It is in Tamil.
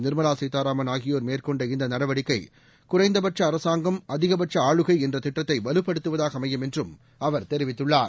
நிர்மலா சீதாராமன் ஆகியோர் மேற்கொண்ட இந்த நடவடிக்கை குறைந்தபட்ச அரசாங்கம் அதிகபட்ச ஆளுகை என்ற திட்டத்தை வலுப்படுத்துவதாக அமையும் என்றும் அவர் தெரிவித்துள்ளார்